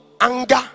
anger